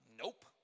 nope